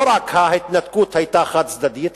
לא רק ההתנתקות היתה חד-צדדית,